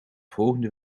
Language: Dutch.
volgende